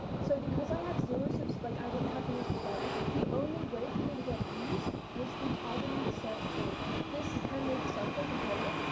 so because i have zero subs like i didn't have many subscribers, the only way for me to get views was through targeting the search page. this kind of subject in general,